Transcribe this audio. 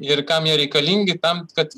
ir kam jie reikalingi tam kad